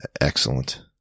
Excellent